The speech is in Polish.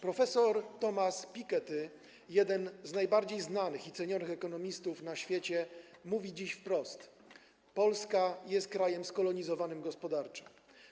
Prof. Thomas Piketty, jeden z najbardziej znanych i cenionych ekonomistów na świecie, mówi dziś wprost: Polska jest krajem skolonizowanym gospodarczo.